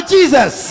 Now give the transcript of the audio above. Jesus